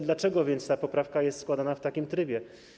Dlaczego więc ta poprawka jest składana w takim trybie?